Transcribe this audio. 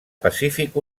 pacífic